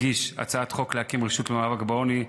הגיש הצעת חוק להקים רשות למאבק בעוני,